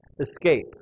escape